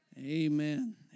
Amen